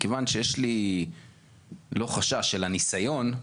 מכיוון שיש לי לא חשש, אלא ניסיון,